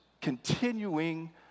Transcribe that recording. Continuing